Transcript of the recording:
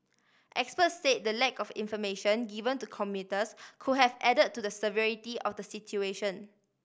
experts say the lack of information given to commuters could have add to the severity of the situation